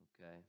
okay